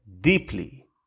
deeply